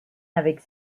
avec